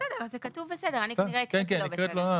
יבוא "תגמול לפי סעיפים 6 או 7 לחוק הנכים בשל זכאותו לפי אחד החוקים